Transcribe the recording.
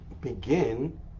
begin